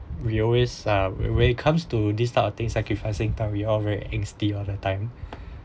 we always are when when it comes to this type of thing sacrificing time we all very angsty all the time